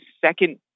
second